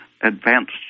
advanced